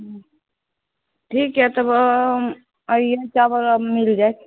ठीक है तब अइए चाबल आर मिल जाएत